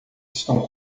estão